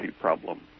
problem